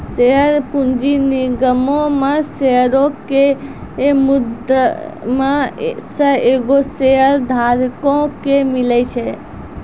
share पूंजी निगमो मे शेयरो के मुद्दइ मे से एगो शेयरधारको के मिले छै